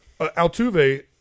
Altuve